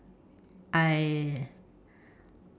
I